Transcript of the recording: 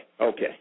okay